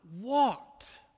walked